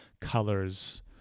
colors